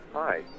Hi